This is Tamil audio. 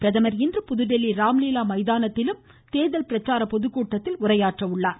பிரதமர் இன்று புதுதில்லி ராம்லீலா மைதானத்திலும் தேர்தல் பிரச்சாரக் பொதுக்கூட்டத்தில் உரையாற்றுகிறார்